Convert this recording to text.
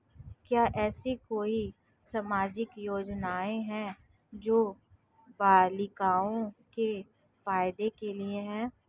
क्या ऐसी कोई सामाजिक योजनाएँ हैं जो बालिकाओं के फ़ायदे के लिए हों?